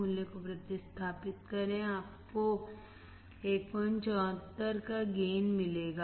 मूल्य को प्रतिस्थापित करें और आपको 174 का गेनमिलेगा